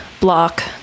block